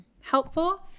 helpful